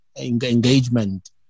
engagement